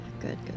Good